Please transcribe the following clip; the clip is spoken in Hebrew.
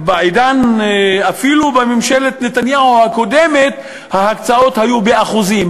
אפילו בממשלת נתניהו הקודמת ההקצאות היו באחוזים,